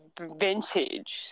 vintage